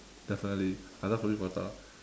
definitely I love roti prata